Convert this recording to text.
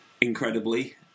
incredibly